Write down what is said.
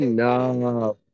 Enough